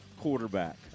quarterback